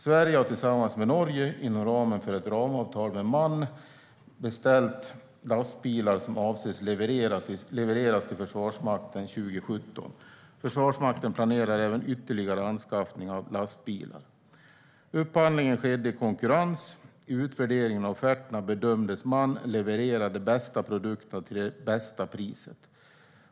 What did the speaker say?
Sverige har tillsammans med Norge, inom ramen för ett ramavtal med MAN, beställt lastbilar som avses att levereras till Försvarsmakten 2017. Försvarsmakten planerar även ytterligare anskaffningar av lastbilar. Upphandlingen skedde i konkurrens. I utvärderingen av offerterna bedömdes MAN leverera de bästa produkterna till det bästa priset.